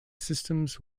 systems